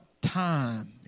time